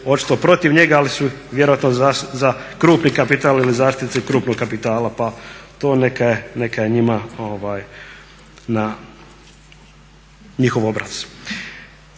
protiv njega ali su vjerojatno za krupni kapital ili zaštitu krupnog kapitala. Pa to neka je njima na njihov obraz.